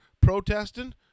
protesting